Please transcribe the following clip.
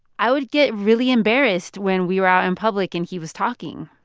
i would get really embarrassed when we were out in public and he was talking.